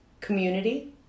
Community